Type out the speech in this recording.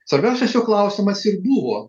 svarbiausias jo klausimas ir buvo